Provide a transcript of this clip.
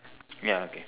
ya okay